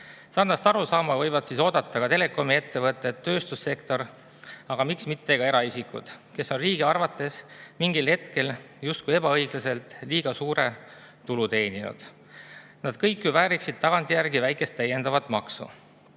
Sarnast arusaama võivad oodata ka telekomiettevõtted, tööstussektor, aga miks mitte ka eraisikud, kes on riigi arvates mingil hetkel justkui ebaõiglaselt liiga suure tulu teeninud. Nad kõik ju vääriksid tagantjärgi väikest täiendavat maksu